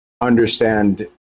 understand